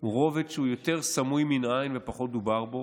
הוא רובד יותר סמוי מן העין ופחות דובר בו.